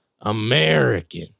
American